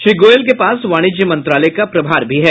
श्री गोयल के पास वाणिज्य मंत्रालय का प्रभार भी है